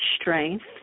strength